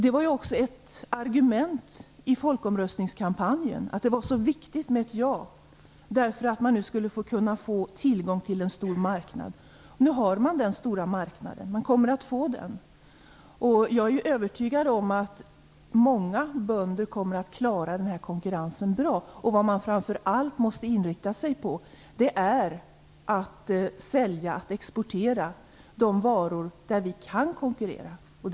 Det var också ett argument i folkomröstningskampanjen. Det var viktigt med ett ja därför att man i och med ett medlemskap skulle få tillgång till en stor marknad. Nu kommer man att få tillgång till denna stora marknad. Jag är övertygad om att många bönder kommer att klara konkurrensen bra. Vad man framför allt måste inrikta sig på är att sälja och exportera de varor vi kan konkurrera med.